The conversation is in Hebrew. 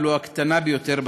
ולו הקטנה ביותר,